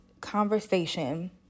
conversation